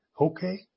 Okay